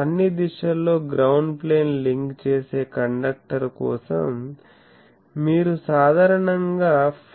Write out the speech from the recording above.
అన్ని దిశల్లో ground plane link చేసే కండక్టర్ కోసం మీరు సాధారణంగా